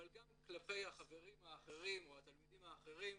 אבל גם כלפי החברים האחרים או התלמידים האחרים.